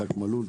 יצחק מלול,